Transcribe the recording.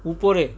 উপরে